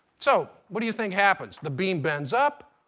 so what do you think happens? the beam bends up?